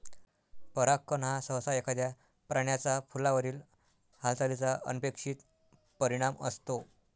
परागकण हा सहसा एखाद्या प्राण्याचा फुलावरील हालचालीचा अनपेक्षित परिणाम असतो